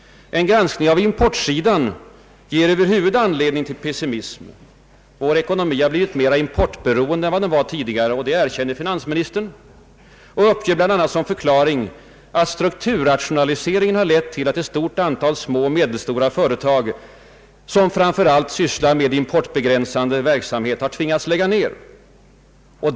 En granskning av importsidan ger över huvud taget anledning till pessimism. Vår ekonomi har blivit mer importberoende än vad den var tidigare. Det erkänner finansministern och uppger bl.a. som förklaring, att strukturrationaliseringen har lett till att ett stort antal små och medelstora företag som framför allt sysslar med importbegränsande verksamhet har tvingats lägga ner.